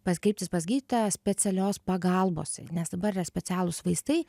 pas kreiptis pas gydytoją specialios pagalbos nes dabar yra specialūs vaistai